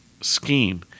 scheme